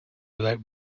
without